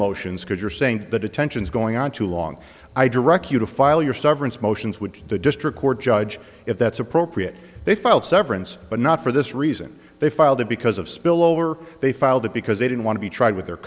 motions because you're saying the detentions going on too long i direct you to file your severance motions would the district court judge if that's appropriate they filed severance but not for this reason they filed it because of spillover they filed it because they didn't want to be tried with their